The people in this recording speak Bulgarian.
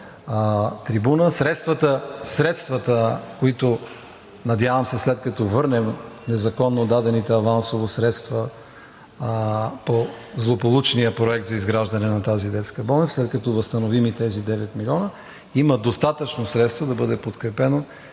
трибуна. Надявам се, след като върнем незаконно дадените авансово средства по злополучния проект за изграждане на тази детска болница, след като възстановим и тези 9 милиона, да има достатъчно средства да бъде подкрепен